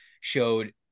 showed